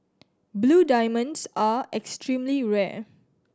blue diamonds are extremely rare